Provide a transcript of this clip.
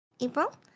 April